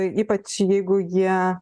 ypač jeigu jie